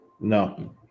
No